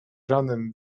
ranem